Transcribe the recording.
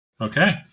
Okay